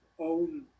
own